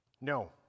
No